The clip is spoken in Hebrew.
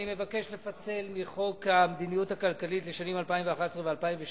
אני מבקש לפצל מחוק המדיניות הכלכלית לשנים 2011 ו-2012,